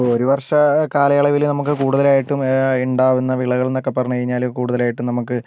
ഇപ്പോൾ ഒരു വർഷ കാലയളവില് നമുക്ക് കൂടുതലായിട്ടും ഉണ്ടാകുന്ന വിളകൾ എന്നൊക്കെ പറഞ്ഞ് കഴിഞ്ഞാല് കൂടുതലായിട്ടും നമുക്ക്